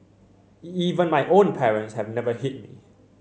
even my own parents have never hit me